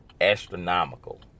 astronomical